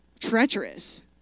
treacherous